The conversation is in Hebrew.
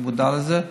אני מודע לזה.